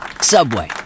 Subway